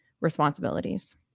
responsibilities